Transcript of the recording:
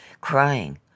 crying